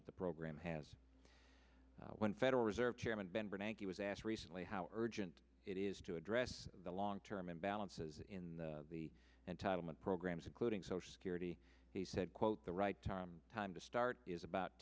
that the program has when federal reserve chairman ben bernanke he was asked recently how urgent it is to address the long term imbalances in the entitlement programs including social security he said quote the right time time to start is about